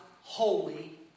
Holy